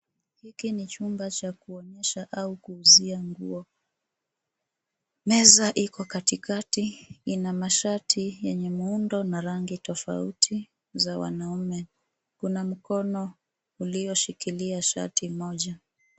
Hiki ni chumba cha kuonyesha, au kuuzia nguo. Meza iko katikati, ina mashati yenye muundo na rangi tofauti, za wanaume, kuna mkono ulioshikilia shati moja.